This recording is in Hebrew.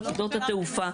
שדות התעופה,